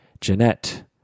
Jeanette